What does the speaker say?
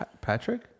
Patrick